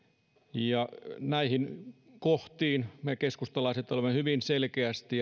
ja näihin kohtiin ja näihin selkeisiin tavoitteisiin me keskustalaiset olemme hyvin selkeästi